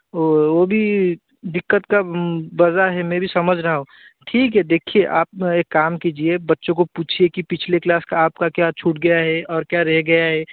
वह वह भी दिक्कत का वजह है मैं भी समझ रहा हूँ ठीक है देखिए आप एक काम कीजिए बच्चों को पूछिए कि पिछले क्लास का आपका क्या छूट गया है और क्या रह गया है